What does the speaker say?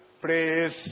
Praise